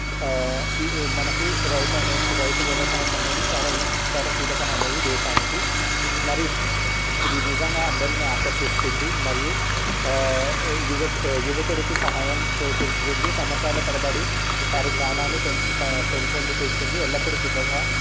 మనకి రైతు అనేది రైతు వ్యవసాయం అనేది చాలా చాలా కీలకమైనది దేశానికి మరి ఇది నిజంగా అందరిని ఆకర్షిస్తుంది మరియు యువ యువకుడికి సహాయం చేయకూర్చుతుంది సంవత్సరాల తరబడి వారి జ్ఞానాన్ని పెంచు పెంపొందింపజేస్తుంది ఎల్లప్పుడు సిద్ధంగా